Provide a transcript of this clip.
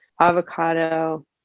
avocado